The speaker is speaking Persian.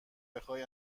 بخای